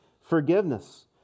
forgiveness